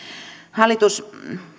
hallitus